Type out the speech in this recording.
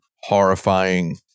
horrifying